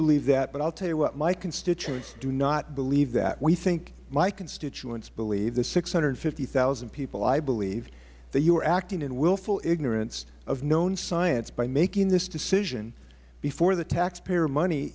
believe that but i tell you what my constituents do not believe that my constituents believe the six hundred and fifty thousand people believe that you are acting in willful ignorance of known science by making this decision before the taxpayer money